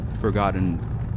Forgotten